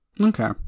okay